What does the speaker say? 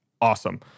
Awesome